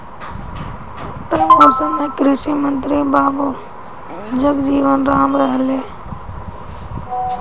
तब ओ समय कृषि मंत्री बाबू जगजीवन राम रहलें